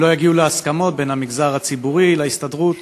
אם לא יגיעו להסכמות בין המגזר הציבורי להסתדרות.